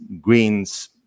greens